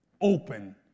open